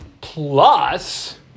plus